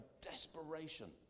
desperation